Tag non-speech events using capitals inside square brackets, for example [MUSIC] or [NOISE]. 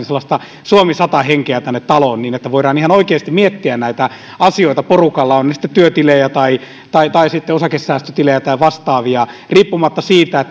[UNINTELLIGIBLE] sellaista suomi sata henkeä tänne taloon että voidaan ihan oikeasti miettiä näitä asioita porukalla ovat ne sitten työtilejä tai tai osakesäästötilejä tai vastaavia riippumatta siitä [UNINTELLIGIBLE]